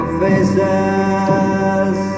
faces